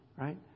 right